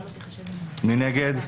מי נגד?